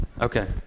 Okay